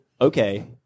Okay